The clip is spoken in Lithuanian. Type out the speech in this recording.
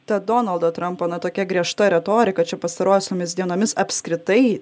ta donaldo trampo na tokia griežta retorika čia pastarosiomis dienomis apskritai